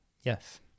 yes